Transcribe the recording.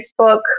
Facebook